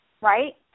right